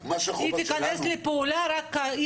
רק מה שהחובה שלנו --- היא תיכנס לפעולה רק אם